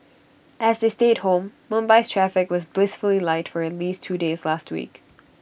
as they stayed home Mumbai's traffic was blissfully light for at least two days last week